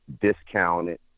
discounted